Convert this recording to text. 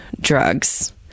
drugs